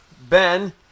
Ben